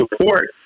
support